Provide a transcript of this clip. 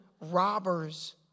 robbers